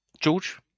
george